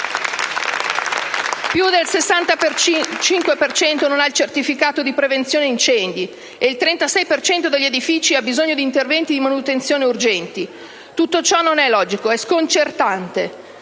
per cento non ha il certificato di prevenzione incendi e il 36 per cento degli edifici ha bisogno di interventi di manutenzione urgenti. Tutto ciò non è logico. È sconcertante.